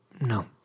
No